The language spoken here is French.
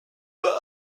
bas